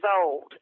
old